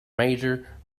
major